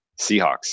Seahawks